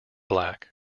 black